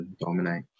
dominate